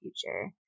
future